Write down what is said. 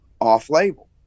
off-label